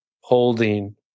holding